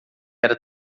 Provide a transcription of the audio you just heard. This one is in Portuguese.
era